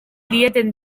dieten